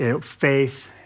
faith